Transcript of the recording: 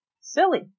Silly